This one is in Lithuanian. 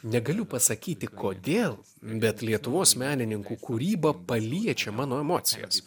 negaliu pasakyti kodėl bet lietuvos menininkų kūryba paliečia mano emocijas